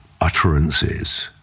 utterances